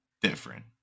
Different